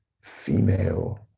female